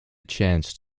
chance